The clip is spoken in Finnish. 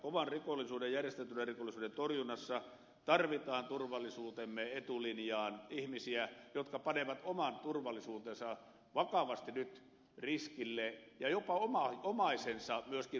kovan rikollisuuden ja järjestäytyneen rikollisuuden torjunnassa tarvitaan turvallisuutemme etulinjaan ihmisiä jotka panevat oman turvallisuutensa vakavasti riskille ja jopa myöskin omaisensa vaaran alaisiksi